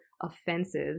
offensive